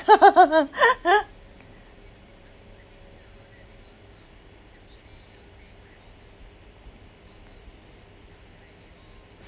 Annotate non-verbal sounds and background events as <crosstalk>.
<laughs>